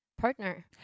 partner